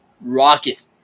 rocket